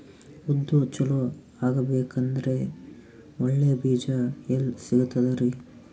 ಉದ್ದು ಚಲೋ ಆಗಬೇಕಂದ್ರೆ ಒಳ್ಳೆ ಬೀಜ ಎಲ್ ಸಿಗತದರೀ?